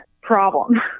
problem